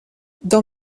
dans